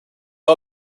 you